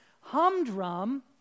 humdrum